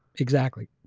exactly.